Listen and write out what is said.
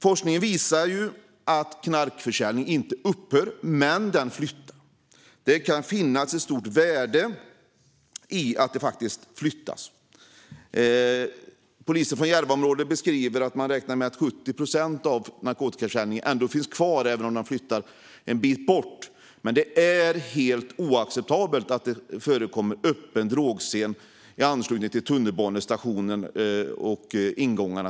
Forskningen visar att knarkförsäljning inte upphör men att den flyttas, och det kan finnas ett stort värde i att den flyttas. Polisen i Järvaområdet beskriver att man räknar med att 70 procent av narkotikaförsäljningen finns kvar även om den flyttar en bit bort, men det är helt oacceptabelt att det förekommer öppen droghandel i anslutning till tunnelbanestationernas ingångar.